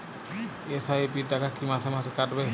SIP র টাকা কী মাসে মাসে কাটবে?